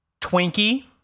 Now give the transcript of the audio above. Twinkie